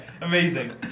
Amazing